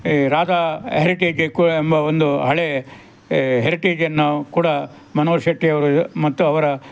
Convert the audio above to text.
ಈ ರಾಧಾ ಹೆರಿಟೇಜೆ ಕು ಎಂಬ ಒಂದು ಹಳೆಯ ಹೆರಿಟೇಜನ್ನು ಕೂಡ ಮನೋಜ್ ಶೆಟ್ಟಿಯವರು ಮತ್ತು ಅವರ